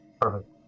Perfect